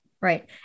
Right